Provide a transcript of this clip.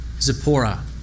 Zipporah